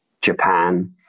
Japan